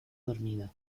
dormida